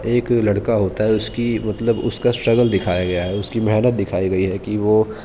ایک لڑکا ہوتا ہے اس کی مطلب اس کا اسٹرگل دکھایا گیا ہے اس کی محنت دکھائی گئی ہے کہ وہ